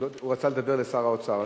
הוא רצה לדבר לשר האוצר.